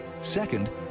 second